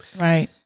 Right